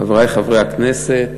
חברי חברי הכנסת